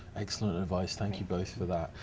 excellent advice, thank you both for that.